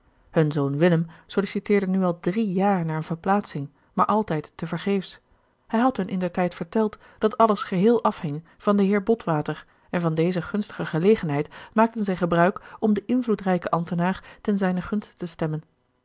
hun zoon willem solliciteerde nu al drie jaar naar eene verplaatsing maar altijd te vergeefs hij had hun indertijd verteld dat alles geheel afhing van den heer botwater en van deze gunstige gelegenheid maakten zij gebruik om den invloedrijken ambtenaar ten zijnen gunste te stemmen